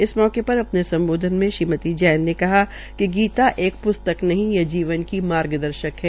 इस अवसर पर अपने सम्बोध्न में श्रीमती जैन ने कहा कि गीता एक प्स्तक नहीं यह जीवन की मार्ग दर्शक है